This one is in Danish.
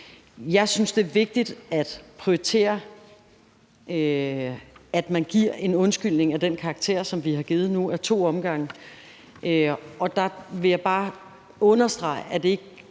Jeg synes, det er vigtigt at prioritere, at man giver en undskyldning af den karakter, som vi har givet nu ad to omgange. Der vil jeg bare understrege, at det ikke